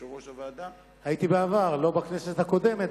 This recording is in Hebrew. הייתי בעבר, לא בכנסת הקודמת.